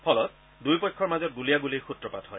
ফলত দুয়ো পক্ষৰ মাজত গুলীয়াগুলিৰ সূত্ৰপাত হয়